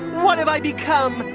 what have i become?